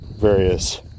various